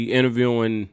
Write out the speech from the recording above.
interviewing